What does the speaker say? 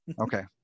Okay